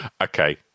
Okay